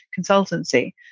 consultancy